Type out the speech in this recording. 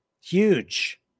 Huge